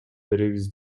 беребиз